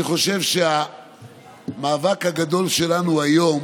אני חושב שהמאבק הגדול שלנו היום